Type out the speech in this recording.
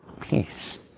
peace